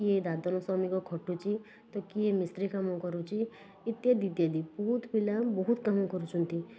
କିଏ ଦାଦନ ଶ୍ରମିକ ଖଟୁଛି ତ କିଏ ମିସ୍ତ୍ରୀ କାମ କରୁଛି ଇତ୍ୟାଦି ଇତ୍ୟାଦି ବହୁତ ପିଲା ବହୁତ କାମ କରୁଛନ୍ତି